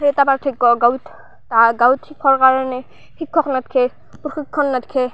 সেই এটা পাৰ্থক্য গাঁৱত তাহা গাঁৱত শিকোৱাৰ কাৰণে শিক্ষক নাথকেই প্ৰশিক্ষণ নাথকে